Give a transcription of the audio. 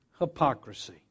hypocrisy